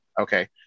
Okay